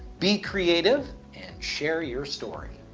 be creative and share your story.